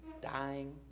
dying